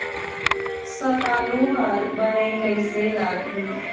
संतालु हर बने कैसे लागिही?